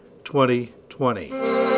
2020